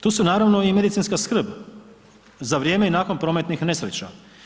Tu su naravno i medicinska skrb za vrijeme i nakon prometnih nesreća.